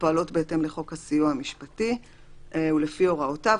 הפועלות בהתאם לחוק הסיוע המשפטי ולפי הוראותיו,